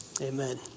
amen